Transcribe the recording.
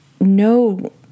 no